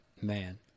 man